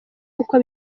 uko